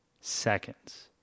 Seconds